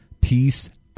Peace